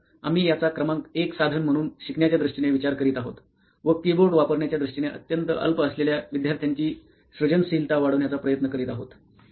तर आम्ही याचा क्रमांक 1 साधन म्हणून शिकण्याच्या दृष्टीने विचार करीत आहोत व कीबोर्ड वापरण्याच्या दृष्टीने अत्यंत अल्प असलेल्या विद्यार्थ्यांची सृजनशीलता वाढवण्याचा प्रयत्न करीत आहोत